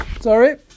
Sorry